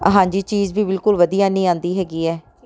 ਹਾਂਜੀ ਚੀਜ਼ ਵੀ ਬਿਲਕੁਲ ਵਧੀਆ ਨਹੀਂ ਆਉਂਦੀ ਹੈਗੀ ਹੈ